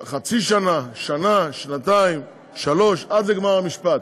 חצי שנה, שנה, שנתיים, שלוש, עד לגמר המשפט.